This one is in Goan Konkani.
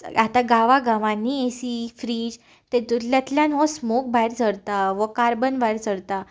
आतां गांवा गांवांनीय ए सी फ्रीज तेतुंतल्यांतल्यान हो स्मोक भायर सरता हो कार्बन भायर सरता